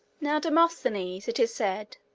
now demosthenes, it is said,